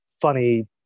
Funny